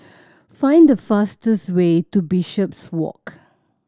find the fastest way to Bishopswalk